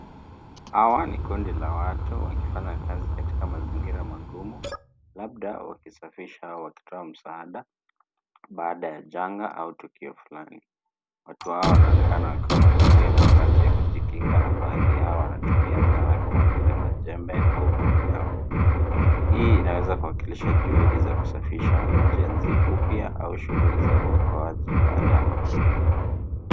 Hawa ni kundi la watu wakifanya kazi katika mazingira magumu labda wakisafisisha au wakitoa msaada baada ya janga au tukio flani. Watu hawa wanaonekana wakiwa wamevalia mavazi ya kujikinga na baadhi yao wanatumia zana kama vile majembe au koleo. Hii inaweza kuwakilisha juhudi za kusafisha, ujenzi upya au shughuli za uokoaji baada ya mafuriko.